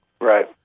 Right